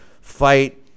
fight